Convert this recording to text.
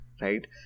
right